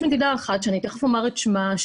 יש מדינה אחת שאני תיכף אומר את שמה,